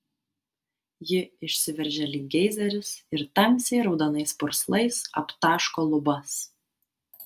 ji išsiveržia lyg geizeris ir tamsiai raudonais purslais aptaško lubas